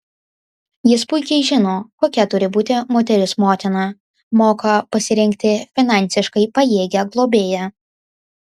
jis puikiai žino kokia turi būti moteris motina moka pasirinkti finansiškai pajėgią globėją